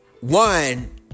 One